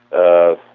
a